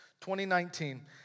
2019